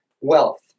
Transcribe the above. wealth